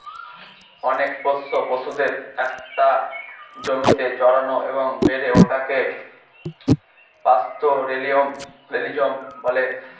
অনেক পোষ্য পশুদের একটা জমিতে চড়ানো এবং বেড়ে ওঠাকে পাস্তোরেলিজম বলে